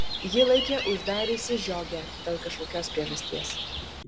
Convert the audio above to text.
ji laikė uždariusi žiogę dėl kažkokios priežasties